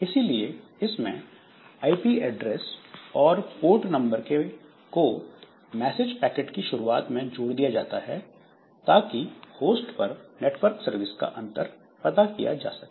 इसलिए इसमें IP address और पोर्ट के नंबर को मैसेज पैकेट की शुरुआत में जोड़ दिया जाता है ताकि होस्ट पर नेटवर्क सर्विस का अंतर पता किया जा सके